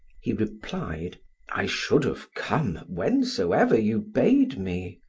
he replied i should have come, whensoever you bade me.